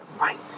Right